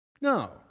No